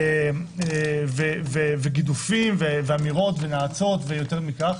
וגידופים ונאצות ויותר מכך.